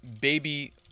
baby